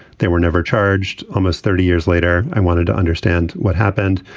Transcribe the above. they were never charged. almost thirty years later, i wanted to understand what happened.